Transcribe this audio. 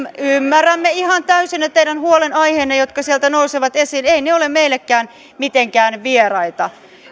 ymmärrämme ihan täysin ne teidän huolenaiheenne jotka sieltä nousevat esiin eivät ne ole meillekään mitenkään vieraita